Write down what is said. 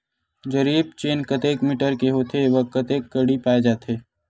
जरीब चेन कतेक मीटर के होथे व कतेक कडी पाए जाथे?